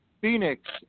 Phoenix